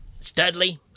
Studley